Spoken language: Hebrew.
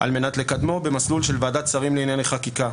על מנת לקדמו במסלול של ועדת שרים לענייני חקיקה.